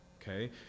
okay